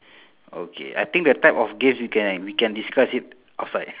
okay I think the type of games we can we can discuss it outside